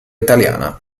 italiana